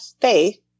faith